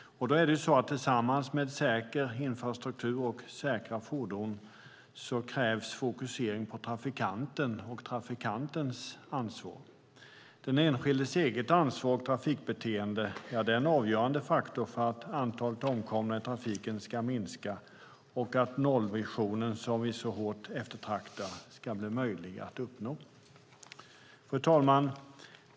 Tillsammans med en säker infrastruktur och säkra fordon krävs fokusering på trafikanten och trafikantens ansvar. Den enskildes eget ansvar och trafikbeteende är en avgörande faktor för att antalet omkomna i trafiken ska minska och att nollvisionen, som vi så hårt eftertraktar, ska bli möjlig att uppnå. Fru talman!